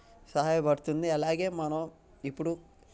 సహాయపడుతుంది అలాగే మనం ఇప్పుడు